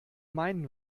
meinen